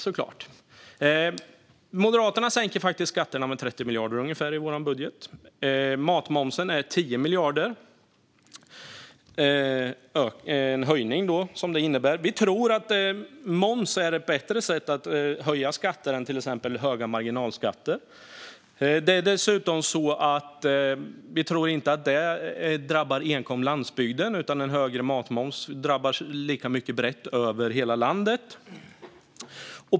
Vi moderater sänker skatterna med ungefär 30 miljarder i vår budget. Höjningen av matmomsen innebär 10 miljarder. Vi tror att moms är ett bättre sätt att höja skatter än till exempel höga marginalskatter. Dessutom tror vi att en högre matmoms inte enkom drabbar landsbygden, utan det drabbar lika mycket och brett över hela landet.